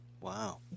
Wow